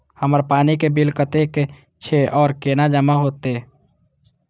हमर पानी के बिल कतेक छे और केना जमा होते?